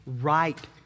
right